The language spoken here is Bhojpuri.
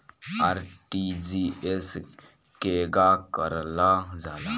आर.टी.जी.एस केगा करलऽ जाला?